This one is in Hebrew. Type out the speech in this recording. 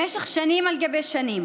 במשך שנים על גבי שנים